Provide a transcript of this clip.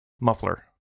Muffler